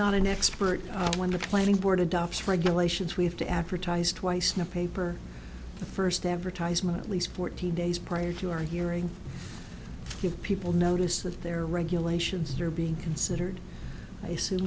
not an expert when the planning board adopts regulations we have to advertise twice no paper the first advertisement at least fourteen days prior to our hearing people notice that their regulations are being considered i assume